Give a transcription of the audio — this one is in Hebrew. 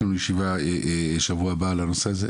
ישיבה בשבוע הבא על הנושא הזה.